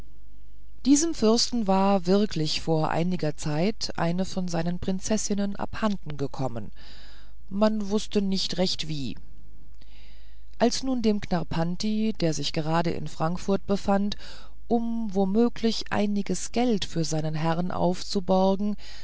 diesem fürsten war wirklich vor einiger zeit eine von seinen prinzessinnen abhanden gekommen man wußte nicht recht wie als nun dem knarrpanti der sich gerade in frankfurt befand um womöglich einiges geld für seinen herrn aufzuborgen